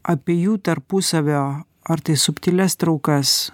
apie jų tarpusavio ar tai subtilias traukas